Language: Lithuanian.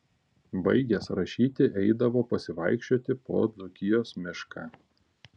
baigęs rašyti eidavo pasivaikščioti po dzūkijos mišką